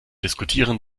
diskutieren